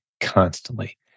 constantly